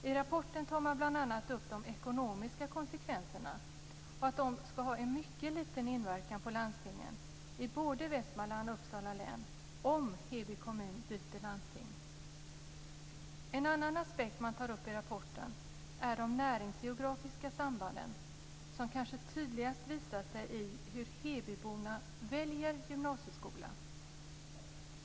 I rapporten tar man bl.a. upp att de ekonomiska konsekvenserna skulle ha mycket liten inverkan på landstingen i både Västmanlands och Uppsala län om Heby kommun byter landsting. En annan aspekt man tar upp i rapporten är de näringsgeografiska sambanden som kanske tydligast visar sig i hur hebyborna väljer gymnasieskola.